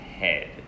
head